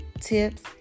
tips